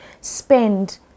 spend